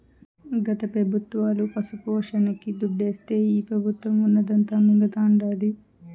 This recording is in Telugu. గత పెబుత్వాలు పశుపోషణకి దుడ్డిస్తే ఈ పెబుత్వం ఉన్నదంతా మింగతండాది